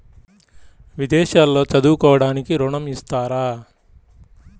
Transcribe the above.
విదేశాల్లో చదువుకోవడానికి ఋణం ఇస్తారా?